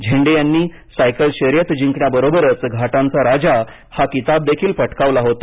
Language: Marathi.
झेंडे यांनी सायकल शर्यत जिंकण्याबरोबरच घाटांचा राजा हा किताबही पटकावला होता